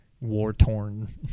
war-torn